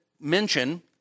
mention